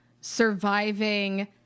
surviving